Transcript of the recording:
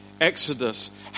Exodus